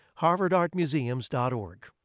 harvardartmuseums.org